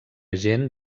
gent